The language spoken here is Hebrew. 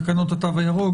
תקנות התו הירוק,